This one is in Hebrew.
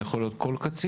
זה יכול להיות כל קצין,